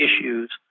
issues